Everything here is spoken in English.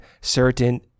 certain